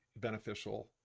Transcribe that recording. beneficial